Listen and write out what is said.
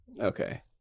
Okay